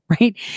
right